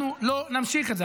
אנחנו לא נמשיך את זה.